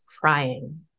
crying